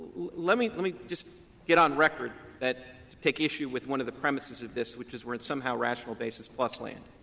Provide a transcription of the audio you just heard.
let me let me just get on record that to take issue with one of the premises of this, which is we are at somehow rational basis-plus land,